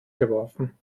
geworfen